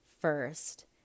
first